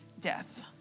death